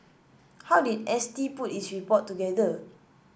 how did S T put its report together